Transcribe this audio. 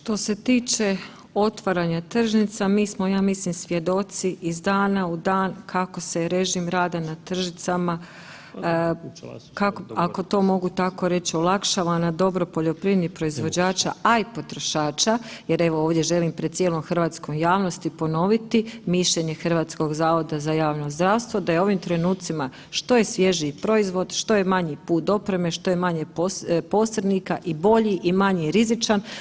Što se tiče otvaranja tržnica, mi smo ja mislim svjedoci iz dana u dan kako se režim rada na tržnicama, ako to mogu tako reći olakšava na dobro poljoprivrednih proizvođača, a i potrošača jer evo ovdje želim pred cijelom hrvatskom javnosti ponoviti mišljenje HZJZ da je u ovim trenucima što je svježiji proizvod, što je manji put dopreme, što je manje posrednika i bolji i manje rizičan.